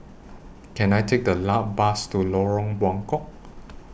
Can I Take A Bus to Lorong Buangkok